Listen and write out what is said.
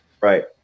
Right